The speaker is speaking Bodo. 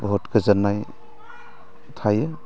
बहुद गोजोननाय थायो